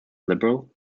liberal